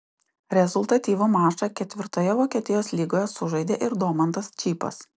rezultatyvų mačą ketvirtoje vokietijos lygoje sužaidė ir domantas čypas